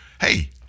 Hey